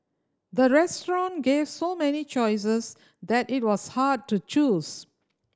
the restaurant gave so many choices that it was hard to choose